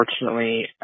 unfortunately